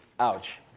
ouch.